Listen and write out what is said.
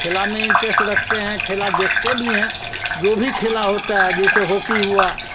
खेल में इंटरस्ट रखते हैं खेल देखते भी हैं जो भी खेल होता है जैसे होकी हुई